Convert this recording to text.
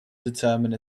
determine